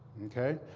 ok?